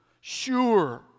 Sure